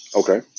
okay